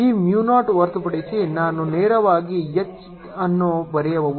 ಈ mu naught ಹೊರತುಪಡಿಸಿ ನಾನು ನೇರವಾಗಿ H ಅನ್ನು ಬರೆಯಬಹುದು